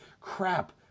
crap